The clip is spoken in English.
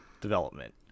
development